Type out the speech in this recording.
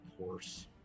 Horse